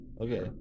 Okay